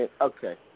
Okay